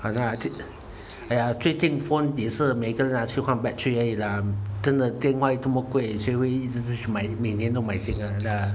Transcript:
!hanna! 最哎呀最近 phone 也是每个人拿去换 battery 而已啦真的电话又这么贵谁会一直去买每年都买新的回家